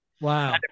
Wow